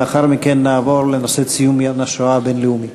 לאחר מכן נעבור לציון יום השואה הבין-לאומי.